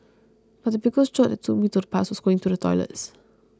but the biggest jolt that took me to the past was going to the toilets